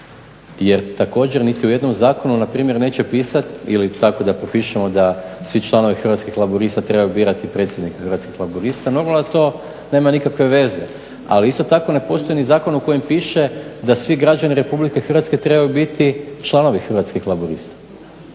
jer također niti u jednom zakonu na primjer neće pisati ili tako da propišemo da svi članovi Hrvatskih laburista trebaju birati predsjednika Hrvatskih laburista. Normalno da to nema nikakve veze, ali isto tako ne postoji ni zakon u kojem piše da svi građani Republike Hrvatske trebaju biti članovi Hrvatskih laburista.